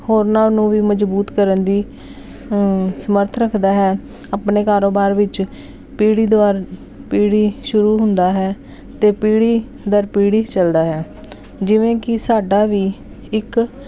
ਹੋਰਨਾਂ ਨੂੰ ਵੀ ਮਜ਼ਬੂਤ ਕਰਨ ਦੀ ਸਮਰੱਥਾ ਰੱਖਦਾ ਹੈ ਆਪਣੇ ਕਾਰੋਬਾਰ ਵਿੱਚ ਪੀੜ੍ਹੀ ਦਰ ਪੀੜ੍ਹੀ ਸ਼ੁਰੂ ਹੁੰਦਾ ਹੈ ਅਤੇ ਪੀੜ੍ਹੀ ਦਰ ਪੀੜ੍ਹੀ ਚੱਲਦਾ ਹੈ ਜਿਵੇਂ ਕਿ ਸਾਡਾ ਵੀ ਇੱਕ